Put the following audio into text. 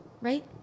right